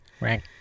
Right